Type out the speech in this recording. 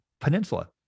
peninsula